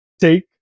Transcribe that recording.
take